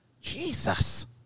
Jesus